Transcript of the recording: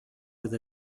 with